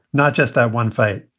not just that one fight.